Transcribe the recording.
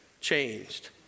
changed